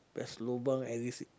there's lobang every